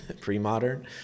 pre-modern